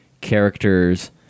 characters